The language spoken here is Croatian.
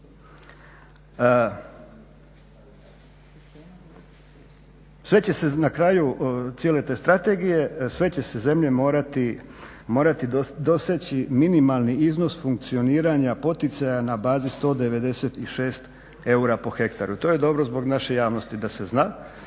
Sve će se na kraju cijele te strategije, sve će se zemlje morati doseći minimalni iznos funkcioniranja poticaja na bazi 196 eura po hektaru. To je dobro zbog naše javnosti da se zna,